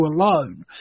alone